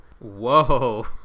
whoa